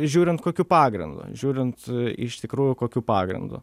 žiūrint kokiu pagrindu žiūrint iš tikrųjų kokiu pagrindu